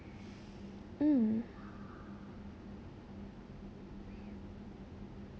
mm